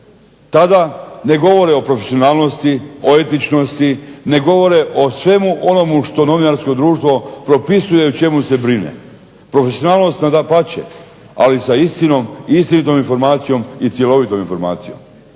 Tada ne govore o profesionalnosti, o etičnosti, ne govore o svemu onomu što novinarsko društvo propisuje i o čemu se brine. Profesionalnost dapače, ali sa istinom, istinitom informacijom i cjelovitom informacijom.